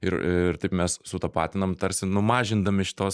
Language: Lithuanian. ir ir taip mes sutapatinam tarsi numažindami šitos